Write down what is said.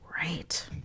Right